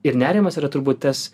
ir nerimas yra turbūt tas